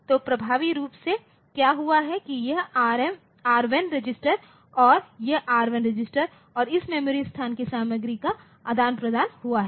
तो प्रभावी रूप से क्या हुआ है कि यह R1 रजिस्टर और यह R1 रजिस्टर और इस मेमोरी स्थान कि सामग्री का आदान प्रदान हुआ है